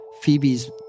Phoebe's